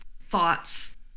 thoughts